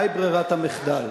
מהי ברירת המחדל?